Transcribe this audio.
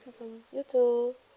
mm mm you too